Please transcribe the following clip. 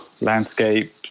landscape